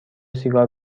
سیگار